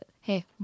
hey